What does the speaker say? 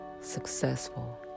successful